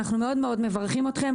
אנחנו מאוד מברכים אתכם.